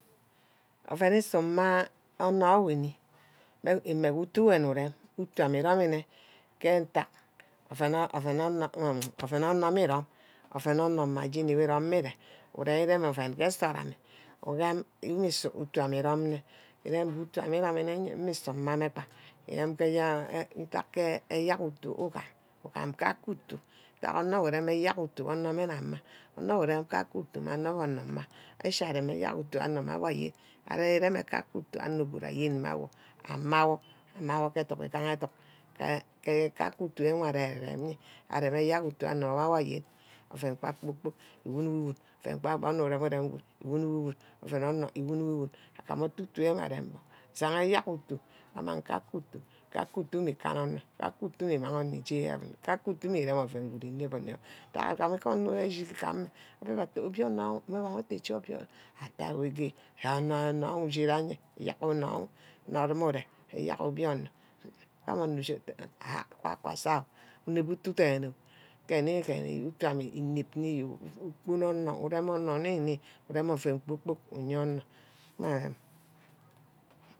Oven usu mma onor wuni mme ke utu emi urome utu ame iromine ke'ntack oven mma jeni we rome mme íre uru-rem oven amay ke nsort amme uvurem mmusu utu ame irome nne. îgam nge utu ame mmusu mmame gba. menh ke ntack eyerk utu ugam. ugam kake utu ntack onor wor urem eyerk utu abe mme nna onor wor urem kake utu mme gaha onor wey onor nna aama. ishi arem eyerk utu onor mme awwo ayen ari rem kake utu. onor good are ye mme awor amah wor. amor wor ke educk egaha educk ke kake utu arear rem eyea. erem ayerk utu onor mme awor ayen. oven kpor-kpork îwun wor iwun. gba oven onor urem urem good. è wun wor. e'wun. oven onor iwun wor. îwun. igam ichi utu wor arem may ayerk utu mag kake utu. kake utu mme îkanna onor. kakea utu mme îmang onor ije heaven. kaeka utu mme erem oven good înem-inem. kakea utu mme jack educk agama onor ejîjîg ka amah abah atte obîono mme bong îche obiono. atte wor je siana na obîono odordum unem. eyerk obîono. ami ute hah wunah aka asa o. unep utu dene o keni-keni utu ame înep niyo ugbono onor urem onor nni-nni. urem oven kpor-kpork uye onor